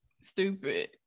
stupid